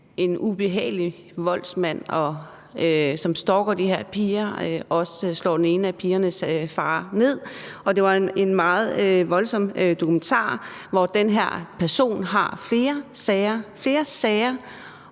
en ubehagelig voldsmand, som stalker de her piger, og som også slår den ene af pigernes far ned. Det var en meget voldsom dokumentar, hvor den her person har flere sager